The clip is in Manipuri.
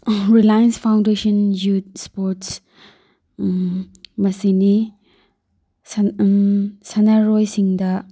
ꯔꯤꯂꯥꯏꯟꯁ ꯐꯥꯎꯟꯗꯦꯁꯟ ꯌꯨꯠ ꯏꯁꯄꯣꯔꯠꯁ ꯃꯁꯤꯅꯤ ꯁꯥꯟꯅꯔꯣꯏꯁꯤꯡꯗ